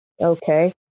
Okay